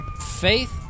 faith